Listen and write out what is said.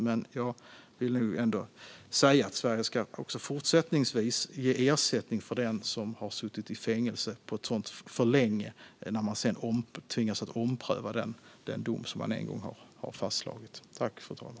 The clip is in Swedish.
Men jag menar att Sverige även fortsättningsvis ska ge ersättning till den som vid en omprövning visar sig har suttit för länge i fängelse.